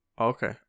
Okay